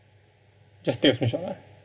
just take a screenshot ah